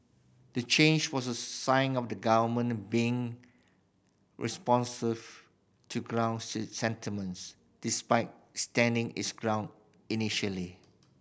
the change was a sign of the government being responsive to ground sentiments despite standing its ground initially